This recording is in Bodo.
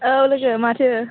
औ लोगो माथो